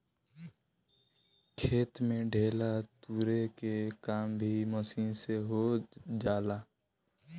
खेत में ढेला तुरे के काम भी मशीन से हो जाला